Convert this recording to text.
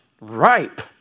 ripe